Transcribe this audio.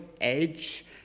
edge